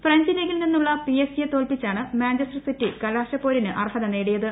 French ലീഗിൽ നിന്നുള്ള P S ജിയെ തോൽപ്പിച്ചാണ് മാഞ്ചസ്റ്റർ സിറ്റി കലാശപ്പോരിന് അർഹത നേടിയത്